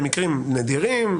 במקרים נדירים,